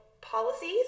policies